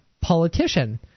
politician